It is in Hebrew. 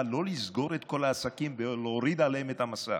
אבל לא לסגור את כל העסקים ולהוריד עליהם את המסך.